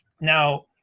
Now